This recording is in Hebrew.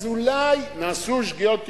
אז אולי נעשו שגיאות תכנוניות.